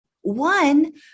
One